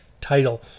title